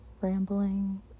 rambling